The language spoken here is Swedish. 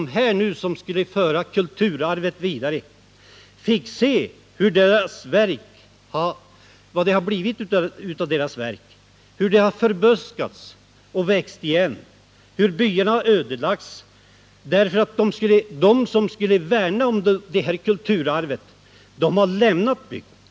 De skulle häpna om de fick se vad som har blivit av deras verk, hur markerna förbuskats och växt igen och hur bygderna ödelagts, därför att de som skulle värna om kulturarvet har lämnat bygderna.